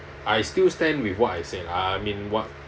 I still stand with what I say I mean what